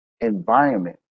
environment